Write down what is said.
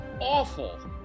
awful